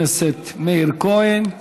תודה לחבר הכנסת מאיר כהן.